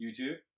YouTube